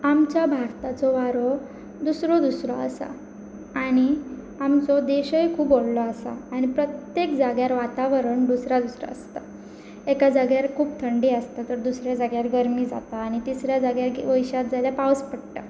आमच्या भारताचो वारो दुसरो दुसरो आसा आनी आमचो देशूय खूब व्हडलो आसा आनी प्रत्येक जाग्यार वातावरण दुसर दुसरो आसता एका जाग्यार खूब थंडी आसता तर दुसऱ्या जाग्यार गरमी जाता आनी तिसऱ्या जाग्यार वयशात जाल्यार पावस पडटा